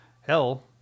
hell